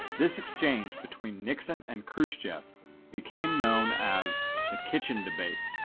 this exchange between nixon and khrushchev became known as the kitchen debate,